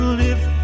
live